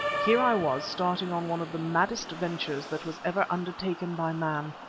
here i was starting on one of the maddest ventures that was ever undertaken by man.